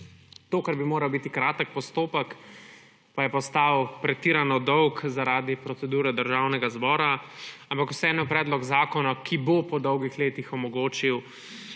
to, kar bi moralo biti kratek postopek, pa je postal pretirano dolg zaradi procedure Državnega zbora, ampak vseeno bo predlog zakona po dolgih letih omogočil